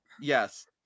yes